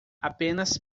apenas